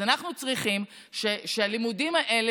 אז אנחנו צריכים שהלימודים האלה,